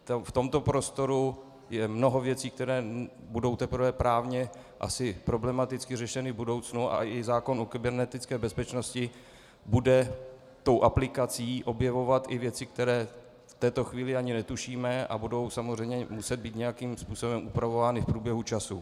V tomto prostoru je mnoho věcí, které budou teprve právně asi problematicky řešeny v budoucnu, a i zákon o kybernetické bezpečnosti bude tou aplikací objevovat i věci, které v této chvíli ani netušíme, a budou samozřejmě muset být nějakým způsobem upravovány v průběhu času.